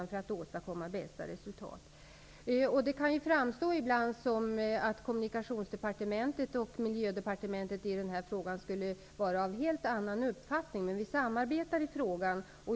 För att åstadkomma bästa resultat samarbetar vi också mycket intensivt med dem som är involverade i frågorna. Det kan ibland framstå som om Miljödepartementet skulle ha helt olika uppfattningar i den här frågan, men vi samarbetar i frågan.